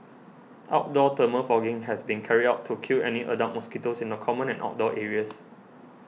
outdoor thermal fogging has been carried out to kill any adult mosquitoes in the common and outdoor areas